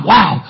Wow